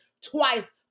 twice